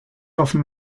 often